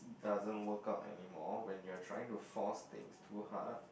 doesn't work out anymore when you're trying to force things too hard